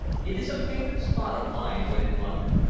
it is a favorite spot of mine when in london,